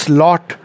lot